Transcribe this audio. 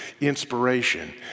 inspiration